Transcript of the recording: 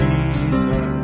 Jesus